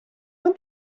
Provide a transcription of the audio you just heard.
when